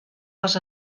les